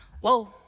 Whoa